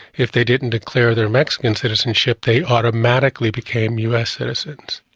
if they didn't declare their mexican citizenship they automatically became us citizens.